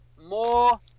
more